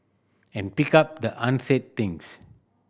and pick up the unsaid things